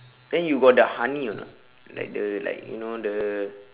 then you got the honey or not like the like you know the